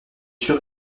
sûre